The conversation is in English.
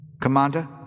Commander